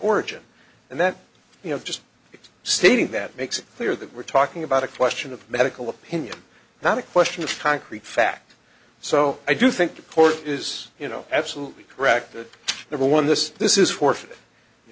origin and that you know just it's stating that makes it clear that we're talking about a question of medical opinion not a question of concrete fact so i do think the court is you know absolutely correct that there are one this this is for